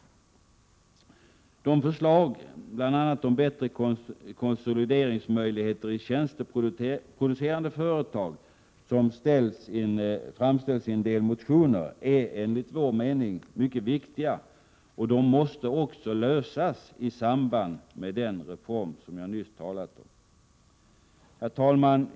De förslag om bl.a. bättre konsolideringsmöjligheter i tjänsteproducerande företag som framställs i en del motioner är enligt vår mening viktiga. Dessa problem måste lösas i samband med den reform som jag nyss talat om. Herr talman!